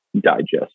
digest